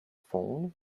phone